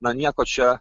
na nieko čia